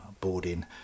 Boarding